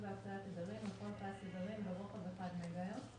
והקצאת תדרים לכל פס תדרים ברוחב 1 מגה-הרץ